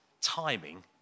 timing